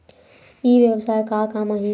ई व्यवसाय का काम आथे?